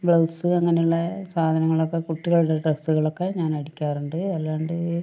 blouse അങ്ങനെയുള്ള സാധനങ്ങളൊക്കെ കുട്ടികളുടെ ഡ്രസ്സുകളൊക്കെ ഞാൻ അടിക്കാറുണ്ട് അല്ലാണ്ട്